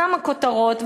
כמה כותרות,